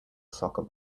soccer